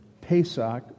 Pesach